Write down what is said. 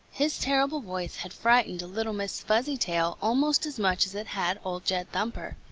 his terrible voice had frightened little miss fuzzytail almost as much as it had old jed thumper.